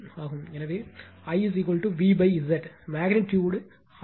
எனவே I V Z magnitude 100 கோணம் 61